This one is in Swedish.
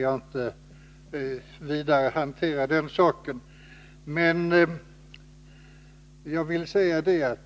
Jag vill bara tillägga att